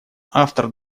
автор